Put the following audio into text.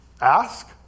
ask